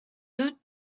deux